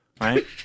right